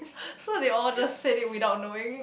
so they all just said it without knowing